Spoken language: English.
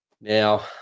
Now